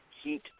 heat